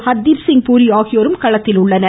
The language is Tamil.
ஹர்தீப்சிங் பூரி ஆகியோரும் களத்தில் உள்ளனர்